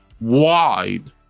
wide